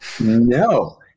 No